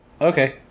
Okay